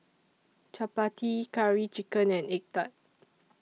Chappati Curry Chicken and Egg Tart